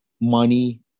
money